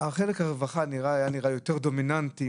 והבריאות החלק של הרווחה היה נראה יותר דומיננטי.